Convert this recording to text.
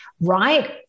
right